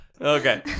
okay